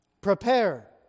prepare